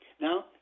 Now